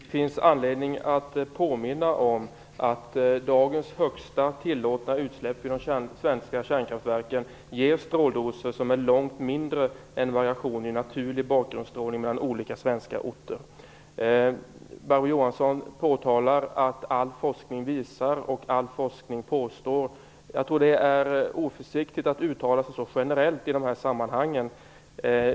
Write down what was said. Herr talman! Det finns anledning att påminna om att dagens högsta tillåtna utsläpp vid de svenska kärnkraftverken ger stråldoser som är långt mindre än variationen i naturlig bakgrundsstrålning mellan svenska orter. Barbro Johansson påtalar att all forskning visar och all forskning påstår. Jag tror att det är oförsiktigt att uttala sig så generellt i de här sammanhangen.